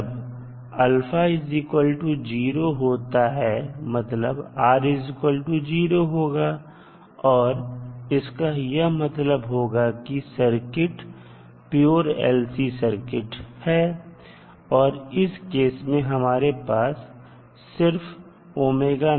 जब α 0 होता है मतलब R0 होगा और इसका यह मतलब होगा कि सर्किट प्योर LC सर्किट है और इस केस में हमारे पास सिर्फ होगा